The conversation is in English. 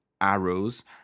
arrows